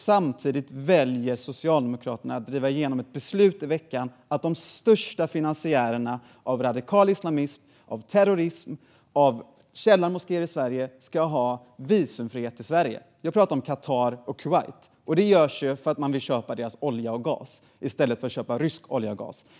Samtidigt väljer Socialdemokraterna att driva igenom ett beslut i veckan om att de största finansiärerna av radikal islamism, av terrorism och av källarmoskéer i Sverige ska ha visumfrihet i Sverige - jag pratar om Qatar och Kuwait - och det görs för att man vill köpa deras olja och gas i stället för att köpa rysk olja och gas.